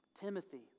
Timothy